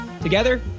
Together